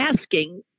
asking